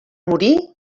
morir